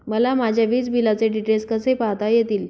मला माझ्या वीजबिलाचे डिटेल्स कसे पाहता येतील?